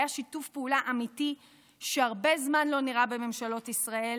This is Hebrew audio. והיה שיתוף פעולה אמיתי שהרבה זמן לא נראה בממשלות ישראל